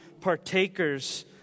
partakers